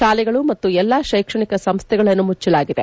ಶಾಲೆಗಳು ಮತ್ತು ಎಲ್ಲಾ ಶೈಕ್ಷಣಿಕ ಸಂಸ್ದೆಗಳನ್ನು ಮುಚ್ಚಲಾಗಿದೆ